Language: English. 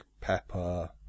pepper